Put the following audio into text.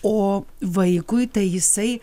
o vaikui tai jisai